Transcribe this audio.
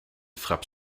frappe